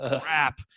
crap